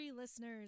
listeners